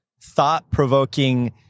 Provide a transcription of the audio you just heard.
thought-provoking